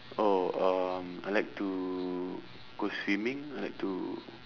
oh um I like to go swimming I like to